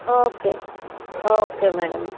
okay okay madam